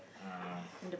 um